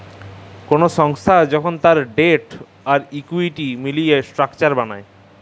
call সংস্থা যখল উয়ার ডেট আর ইকুইটি মিলায় ইসট্রাকচার বেলায়